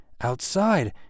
outside